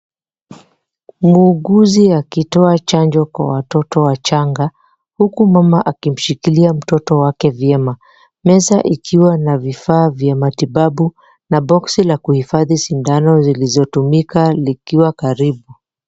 Muuguzi akitoa chanjo kwa watoto wachanga, huku mama akimshikilia mtoto wake vyema. Meza ikiwa na vifaa vya matibabu na boksi la kuhifadhi sindano zilizotumika likiwa karibu.